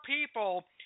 people